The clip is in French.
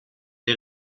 des